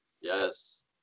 Yes